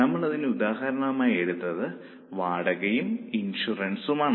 നമ്മൾ അതിന് ഉദാഹരണമായി എടുത്ത് വാടകയും ഇൻഷുറൻസും ആണ്